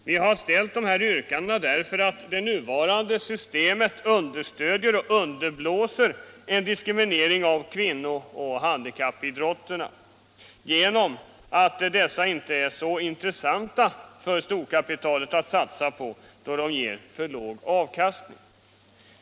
Vi har ställt dessa yrkanden därför att det nuvarande systemet understödjer och underblåser en diskriminering av kvinno och handikappidrotterna, genom att dessa inte är så intressanta för storkapitalet att satsa på då det ger för låg avkastning.